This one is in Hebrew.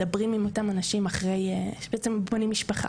מדברים עם אותם אנשים שבעצם בונים משפחה